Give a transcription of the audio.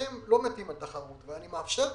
אתם לא מתים על תחרות ואני מאפשר תחרות.